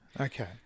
okay